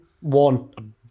One